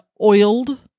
oiled